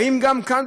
האם גם כאן,